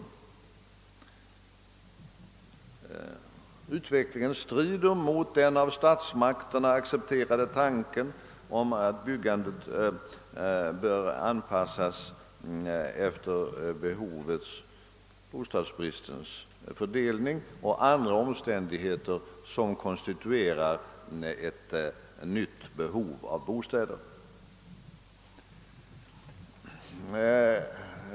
Denna utveckling strider emot den av statsmakterna accepterade tanken att byggandet bör anpassas efter bostadsbristens fördelning och andra omständigheter som konstituerar ett nytt behov av bostäder.